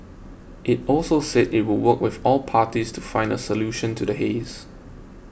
it also said it would work with all parties to find a solution to the haze